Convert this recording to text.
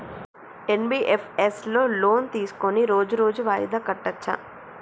NBFS లో loan తీస్కొని రోజు రోజు వాయిదా కట్టచ్ఛా?